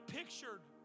pictured